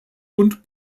und